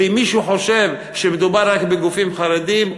ואם מישהו חושב שמדובר רק בגופים חרדיים,